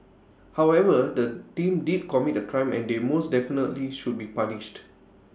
however the team did commit A crime and they most definitely should be punished